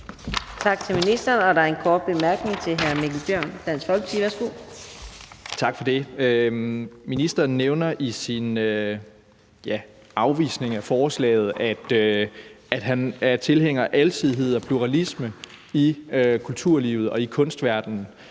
Tak til ministeren, og der er en kort bemærkning til hr. Mikkel Bjørn, Dansk Folkeparti. Værsgo. Kl. 20:06 Mikkel Bjørn (DF): Tak for det. Ministeren nævner i sin, ja, afvisning af forslaget, at han er tilhænger af alsidighed og pluralisme i kulturlivet og i kunstverdenen.